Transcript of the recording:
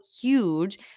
huge